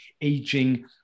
aging